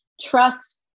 Trust